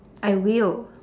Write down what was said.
I will